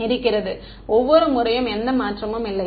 மாணவர் ஒவ்வொரு முறையும் எந்த மாற்றமும் இல்லை